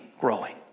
growing